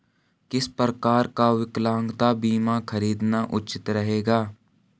किस प्रकार का विकलांगता बीमा खरीदना उचित रहेगा?